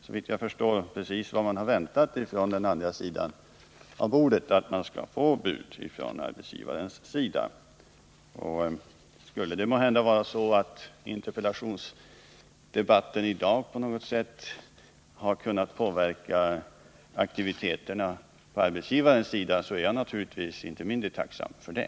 Såvitt jag förstår är det precis vad man väntat på från andra sidan av bordet — att man skall få bud från arbetsgivarens sida. Om interpellationsdebatten i dag på något sätt har kunnat påverka aktiviteterna på arbetsgivarsidan, är jag naturligtvis tacksam för det.